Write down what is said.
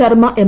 Sharma M